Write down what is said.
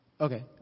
Okay